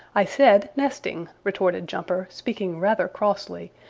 i said nesting, retorted jumper, speaking rather crossly,